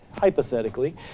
hypothetically